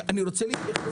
אני רוצה להתייחס